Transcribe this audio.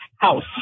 house